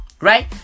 right